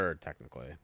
technically